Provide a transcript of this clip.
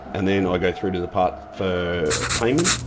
and then i go through to the part for payment.